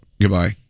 Goodbye